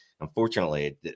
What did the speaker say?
Unfortunately